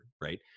right